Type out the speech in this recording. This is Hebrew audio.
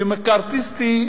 ומקארתיסטי,